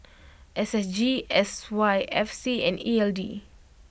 S S G S Y F C and E L D